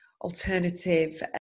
alternative